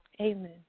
Amen